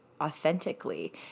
authentically